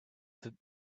that